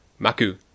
Maku